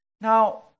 Now